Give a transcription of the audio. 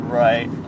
right